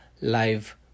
live